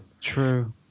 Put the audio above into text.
true